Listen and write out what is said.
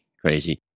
crazy